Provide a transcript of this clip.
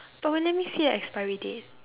but wait let me see the expiry date